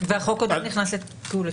והחוק עוד לא נכנס לתוקף.